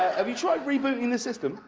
have you tried rebooting the system?